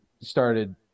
started